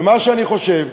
ומה שאני חושב,